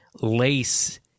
Lace